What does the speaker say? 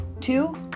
Two